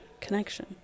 connection